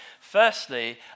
Firstly